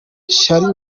charly